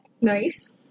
Nice